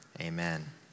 Amen